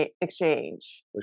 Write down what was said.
exchange